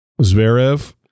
Zverev